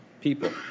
people